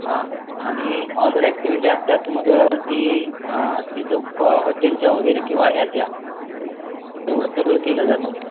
हां आणि other activity असतात मग ती तिथं हॉटेलच्या वगैरे किंवा या त्या एवढं सगळं केलं जातं